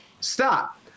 stop